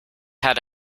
had